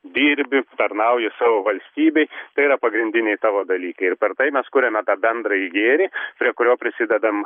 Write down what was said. dirbi tarnauji savo valstybei tai yra pagrindiniai tavo dalykai ir per tai mes kuriame tą bendrąjį gėrį prie kurio prisidedam